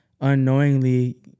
unknowingly